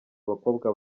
abakobwa